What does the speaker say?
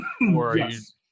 Yes